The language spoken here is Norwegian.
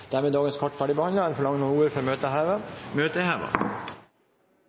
Dermed er dagens kart ferdigbehandlet. Forlanger noen ordet før møtet heves? – Møtet er